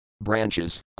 Branches